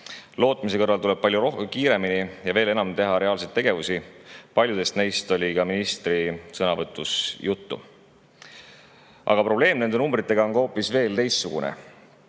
Lootmise kõrval tuleb palju kiiremini ja veel enam teha reaalseid tegevusi. Paljudest neist oli ka ministri sõnavõtus juttu. Aga probleem nende numbritega on hoopis teistsugune.